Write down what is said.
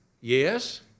Yes